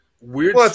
Weird